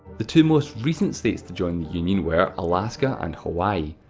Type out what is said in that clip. the two most recent states to join the union, were alaska and hawaii.